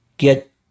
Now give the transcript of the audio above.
get